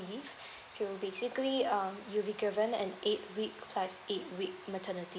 leave so basically um you'll be given an eight week plus eight week maternity leave